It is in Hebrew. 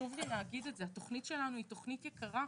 חשוב לי להגיד את זה, התכנית שלנו היא תכנית יקרה.